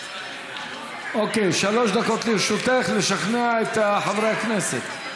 אוקיי, שלוש דקות לרשותך לשכנע את חברי הכנסת.